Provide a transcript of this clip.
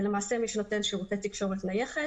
למעשה מי שנותן שירותי תקשורת נייחת.